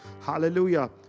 Hallelujah